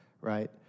right